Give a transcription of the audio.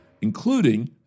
including